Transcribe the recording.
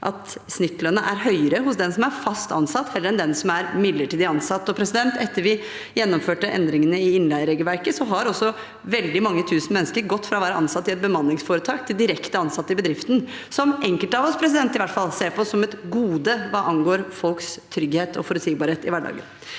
snittlønnen er høyere hos den som er fast ansatt enn den som er midlertidig ansatt. Og etter at vi gjennomførte endringene i innleieregelverket, har veldig mange tusen mennesker gått fra å være ansatt i et bemanningsforetak til å være direkte ansatt i bedriften, noe som i hvert fall enkelte av oss ser på som et gode hva angår folks trygghet og forutsigbarhet i hverdagen.